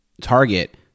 target